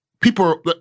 People